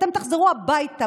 אתם תחזרו הביתה.